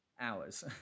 Hours